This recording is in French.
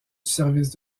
service